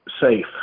safe